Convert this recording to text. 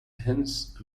hence